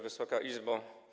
Wysoka Izbo!